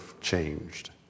changed